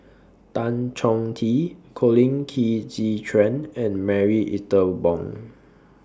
Tan Chong Tee Colin Qi Zhe Quan and Marie Ethel Bong